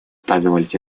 позвольте